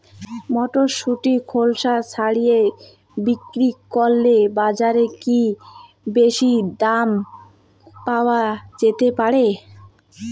মটরশুটির খোসা ছাড়িয়ে বিক্রি করলে বাজারে কী বেশী দাম পাওয়া যেতে পারে?